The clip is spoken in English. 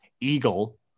Eagle